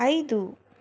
ఐదు